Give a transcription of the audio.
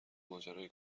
ماجرای